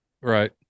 Right